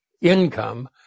income